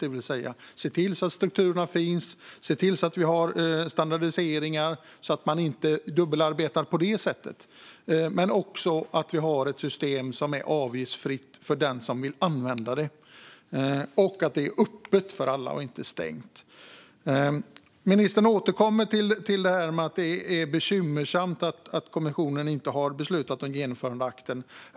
Det gäller att se till att strukturerna finns, att vi har standardiseringar och att man inte dubbelarbetar på det sättet. Men det gäller också att vi har ett system som är avgiftsfritt för den som vill använda det och att det är öppet för alla och inte stängt. Ministern återkommer till att det är bekymmersamt att kommissionen inte har beslutat om genomförandeakten.